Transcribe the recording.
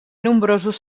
nombrosos